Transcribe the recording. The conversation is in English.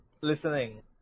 listening